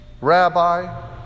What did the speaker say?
Rabbi